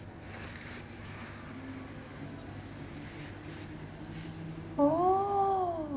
oh